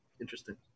Interesting